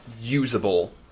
Usable